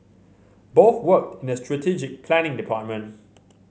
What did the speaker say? both worked in the strategic planning department